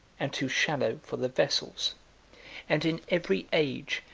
and too shallow for the vessels and in every age,